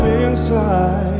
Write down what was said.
inside